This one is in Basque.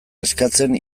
eskatzen